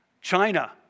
China